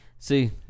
See